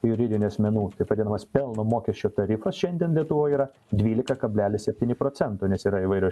juridinių asmenų taip vadinamas pelno mokesčio tarifas šiandien lietuvoj yra dvylika kablelis septyni procento nes yra įvairios